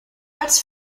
als